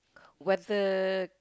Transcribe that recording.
whether